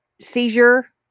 seizure